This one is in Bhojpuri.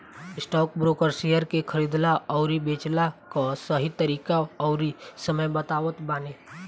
स्टॉकब्रोकर शेयर के खरीदला अउरी बेचला कअ सही तरीका अउरी समय बतावत बाने